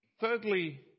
Thirdly